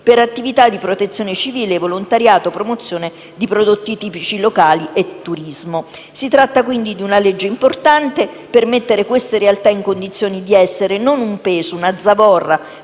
per attività di protezione civile, volontariato, promozione di prodotti tipici locali e turismo. Si tratta, quindi, di una legge importante per mettere queste realtà in condizione di essere non un peso, una zavorra